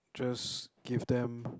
just give them